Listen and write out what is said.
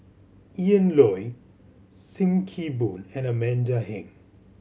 Ian Loy Sim Kee Boon and Amanda Heng